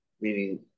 meaning